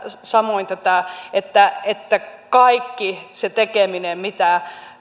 samoin tätä että että kaikki se tekeminen mitä